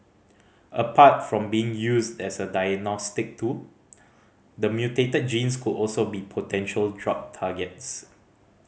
apart from being used as a diagnostic tool the mutated genes could also be potential drug targets